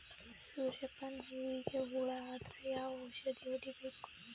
ಸೂರ್ಯ ಪಾನ ಹೂವಿಗೆ ಹುಳ ಆದ್ರ ಯಾವ ಔಷದ ಹೊಡಿಬೇಕು?